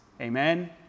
Amen